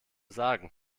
sagen